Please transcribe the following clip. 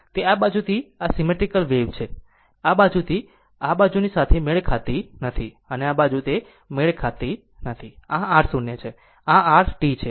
તે આ બાજુથી આ સીમેટ્રીકલ વેવ છે આ બાજુથી તે આ બાજુની સાથે મેળ ખાતી નથી અને આ બાજુ તે મેળ ખાતી નથી અને આ r 0 છે અને આ r T છે